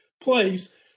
place